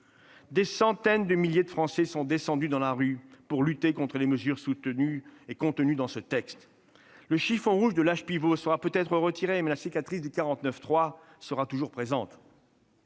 Des centaines de milliers de Français sont descendues dans la rue pour lutter contre les mesures contenues dans ce texte. Le chiffon rouge de l'âge pivot sera peut-être retiré, mais la cicatrice de l'article 49, alinéa 3 sera toujours présente.